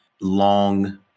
long